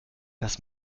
das